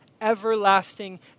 everlasting